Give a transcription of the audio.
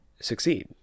succeed